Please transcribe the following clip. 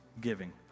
giving